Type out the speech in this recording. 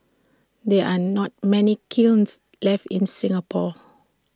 there are not many kilns left in Singapore